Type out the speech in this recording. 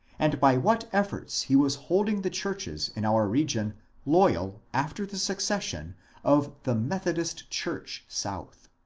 and by what efforts he was holding the churches in our region loyal after the secession of the methodist church south.